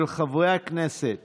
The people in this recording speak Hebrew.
של חברת הכנסת